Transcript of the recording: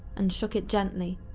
and shook it gently,